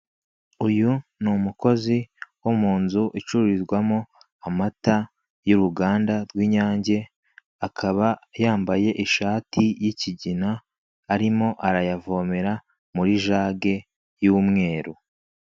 Uyu n'umukozi wo munzu icururizwamo amata y'uruganda rw'inyange, akaba yambaye ishati y'ikigina arimo arayavomera muyijage y'umweru.